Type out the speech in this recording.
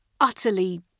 utterly